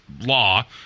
law